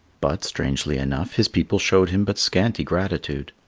but, strangely enough, his people showed him but scanty gratitude.